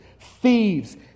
thieves